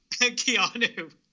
Keanu